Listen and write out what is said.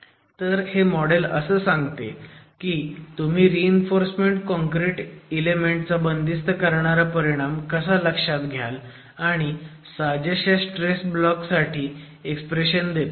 तर हे मॉडेल असं सांगते की तुम्ही रीइन्फोर्स काँक्रिट इलेमेंट चा बंदिस्त करणारा परिणाम कसा लक्षात घ्याल आणि साजेशा स्ट्रेस ब्लॉक साठी एक्सप्रेशन देतं